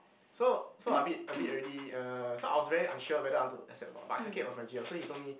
so so I a bit a bit already uh so I was very unsure whether I want to accept or not but Kakiet was my g_l so he told me